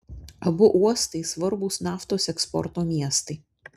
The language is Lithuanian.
abu uostai svarbūs naftos eksporto miestai